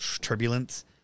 turbulence